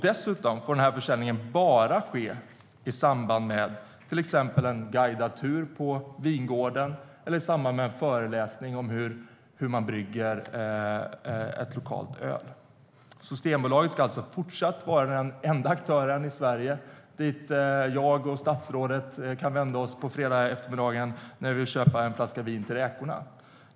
Dessutom får försäljningen bara ske i samband med till exempel en guidad tur på vingården eller i samband med en föreläsning om hur man brygger ett lokalt öl. Systembolaget ska alltså även i fortsättningen vara den enda aktören dit jag och statsrådet kan vända oss på fredagseftermiddagen när vi vill köpa en flaska vin till räkorna.